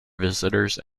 visitors